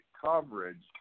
coverage